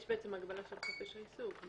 יש בעצם הגבלה של חופש העיסוק.